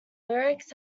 lyrics